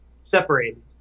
separated